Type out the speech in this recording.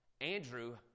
Andrew